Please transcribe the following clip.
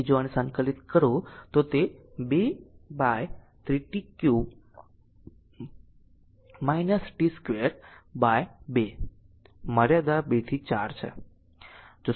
તેથી જો આને સંકલિત કરો તો તે 2 by 3 t 3 t 2 by 2 મર્યાદા 2 થી 4 છે